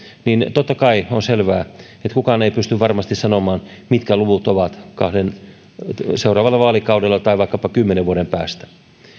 niin totta kai on selvää että kukaan ei pysty varmasti sanomaan mitkä luvut ovat kahdella seuraavalla vaalikaudella tai vaikkapa kymmenen vuoden päästä